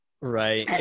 Right